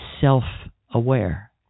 self-aware